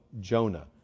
Jonah